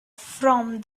from